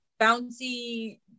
bouncy